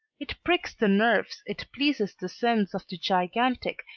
it pricks the nerves, it pleases the sense of the gigantic,